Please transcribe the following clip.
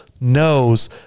knows